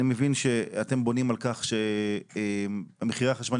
אני מבין שאתם בונים על כך שמחירי החשמל